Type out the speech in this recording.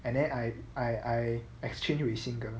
and then I I I exchange with single